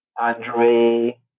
Andre